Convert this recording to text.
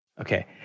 Okay